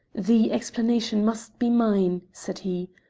the explanation must be mine, said he.